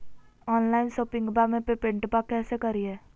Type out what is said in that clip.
Online शोपिंगबा में पेमेंटबा कैसे करिए?